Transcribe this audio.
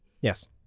Yes